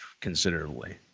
considerably